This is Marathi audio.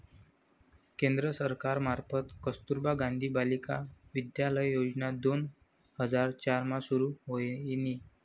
केंद्र सरकार मार्फत कस्तुरबा गांधी बालिका विद्यालय योजना दोन हजार चार मा सुरू व्हयनी